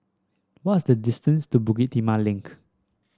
what is the distance to Bukit Timah Link